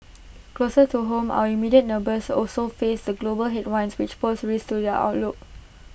closer to home our immediate neighbours also face the global headwinds which pose risks to their outlook